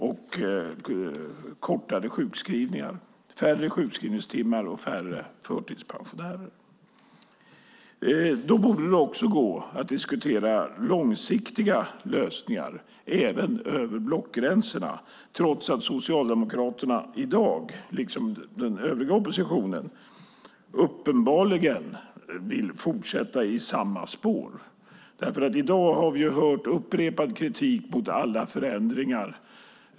Det har också inneburit kortare sjukskrivningar, färre sjukskrivningstimmar och färre förtidspensionärer. Då borde det också gå att diskutera långsiktiga lösningar även över blockgränserna, trots att Socialdemokraterna i dag, liksom den övriga oppositionen, uppenbarligen vill fortsätta i samma spår. I dag har vi hört upprepad kritik mot alla förändringar.